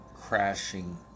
crashing